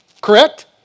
Correct